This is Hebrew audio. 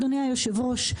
אדוני היושב-ראש,